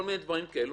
כל מיני דברים כאלו,